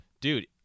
Dude